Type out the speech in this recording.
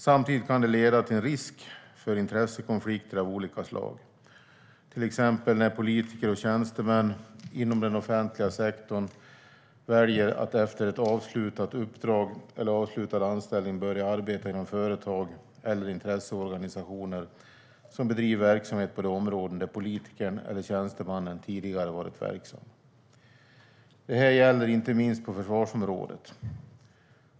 Samtidigt kan det leda till en risk för intressekonflikter av olika slag, till exempel när politiker och tjänstemän inom den offentliga sektorn väljer att efter avslutat uppdrag eller avslutad anställning börja arbeta inom företag eller intresseorganisationer som bedriver verksamhet på de områden där politikern eller tjänstemannen tidigare varit verksam. Det här gäller inte minst på försvarsområdet.